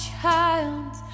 child